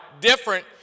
different